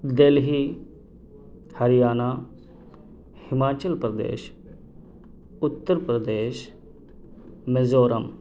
Delhi Haryana Himachal Pradesh Uttar Pradesh Mizoram